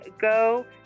go